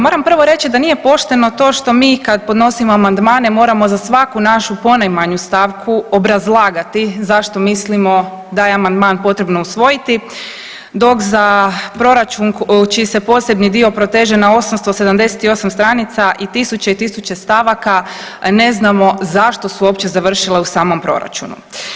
Moram prvo reći da nije pošteno to što mi kad podnosimo amandmane moramo za svaku našu ponajmanju stavku obrazlagati zašto mislimo da je amandman potrebno usvojiti, dok za proračun čiji se posebni dio proteže na 878 stranica i tisuće i tisuće stavaka ne znamo zašto su uopće završila u samom proračunu.